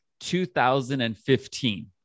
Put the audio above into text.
2015